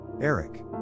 Eric